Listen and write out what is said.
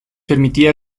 permitía